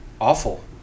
awful